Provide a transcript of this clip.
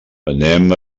anem